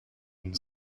and